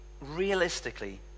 realistically